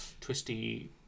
twisty